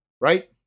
Right